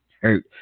hurt